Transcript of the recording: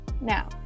Now